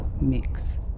mix